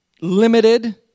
limited